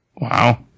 Wow